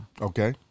Okay